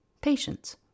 Patience